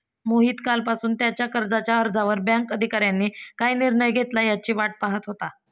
मोहित कालपासून त्याच्या कर्जाच्या अर्जावर बँक अधिकाऱ्यांनी काय निर्णय घेतला याची वाट पाहत होता